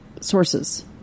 sources